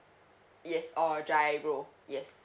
yes or GIRO yes